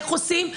איך עושים.